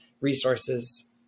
resources